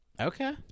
Okay